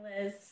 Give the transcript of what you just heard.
Liz